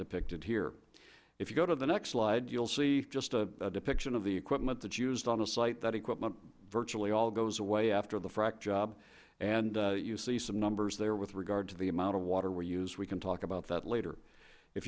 depicted here if you go to the next slide you'll see just a depiction of the equipment that's used on the site that equipment virtually all goes away after the frack job and you see some numbers there with regard to the amount of water we use we can talk about that later if